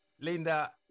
Linda